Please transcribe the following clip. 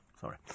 Sorry